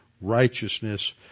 righteousness